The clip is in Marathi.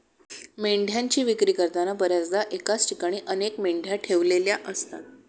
मेंढ्यांची विक्री करताना बर्याचदा एकाच ठिकाणी अनेक मेंढ्या ठेवलेल्या असतात